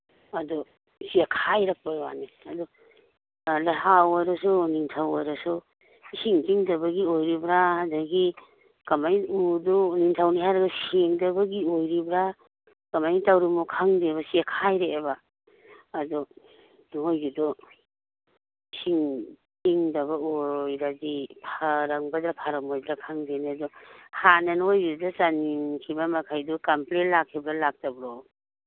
ꯑꯗꯨ ꯆꯦꯈꯥꯏꯔꯛꯄꯩ ꯋꯥꯅꯤ ꯑꯗꯨ ꯂꯩꯍꯥꯎ ꯑꯣꯏꯔꯁꯨ ꯎꯅꯤꯡꯊꯧ ꯑꯣꯏꯔꯁꯨ ꯏꯁꯤꯡ ꯇꯤꯡꯗꯕꯒꯤ ꯑꯣꯏꯔꯤꯕ꯭ꯔꯥ ꯑꯗꯒꯤ ꯀꯃꯥꯏꯅ ꯎꯗꯨ ꯎꯅꯤꯡꯊꯧꯅꯤ ꯍꯥꯏꯔꯒ ꯁꯦꯡꯗꯕꯒꯤ ꯑꯣꯏꯔꯤꯕ꯭ꯔꯥ ꯀꯃꯥꯏꯅ ꯇꯧꯔꯤꯝꯅꯣ ꯈꯪꯗꯦꯕ ꯆꯦꯈꯥꯏꯔꯛꯑꯦꯕ ꯑꯗꯨ ꯅꯣꯏꯒꯤꯗꯣ ꯏꯁꯤꯡ ꯇꯤꯡꯗꯕ ꯑꯣꯏꯔꯗꯤ ꯐꯔꯝꯒꯗ꯭ꯔꯥ ꯐꯔꯝꯃꯣꯏꯗ꯭ꯔꯥ ꯈꯪꯗꯦꯅꯦ ꯑꯗꯨ ꯍꯥꯟꯅ ꯅꯣꯏꯗꯨꯗ ꯆꯟꯈꯤꯕ ꯃꯈꯩꯗꯣ ꯀꯝꯄ꯭ꯂꯦꯟ ꯂꯥꯛꯈꯤꯕ꯭ꯔꯥ ꯂꯥꯛꯇꯕ꯭ꯔꯣ